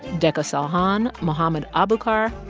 deca salhan, mohamed aabukar,